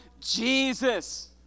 Jesus